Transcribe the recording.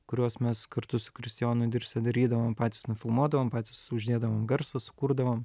kuriuos mes kartu su kristijonu dirse darydavom patys nufilmuodavom patys uždėdavom garsą sukurdavom